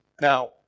Now